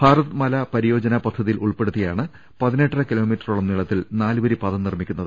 ഭാരത്മാലാ പരിയോജനാ പദ്ധതിയിൽ ഉൾപ്പെടുത്തിയാണ് പതിനെട്ടര കിലോമീ റ്ററോളം നീളത്തിൽ നാലുവരി പാത നിർമ്മിക്കുന്നത്